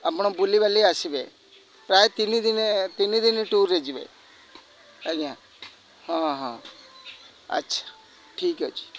ଆପଣ ବୁଲି ବାଲି ଆସିବେ ପ୍ରାୟ ତିନି ଦିନେ ତିନି ଦିନ ଟୁର୍ରେ ଯିବେ ଆଜ୍ଞା ହଁ ହଁ ଆଚ୍ଛା ଠିକ୍ ଅଛି